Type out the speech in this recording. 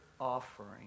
offering